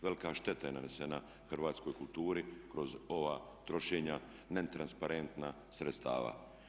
Velika šteta je nanesena hrvatskoj kulturi kroz ova trošenja netransparentna sredstava.